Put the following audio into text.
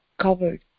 covered